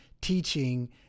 teaching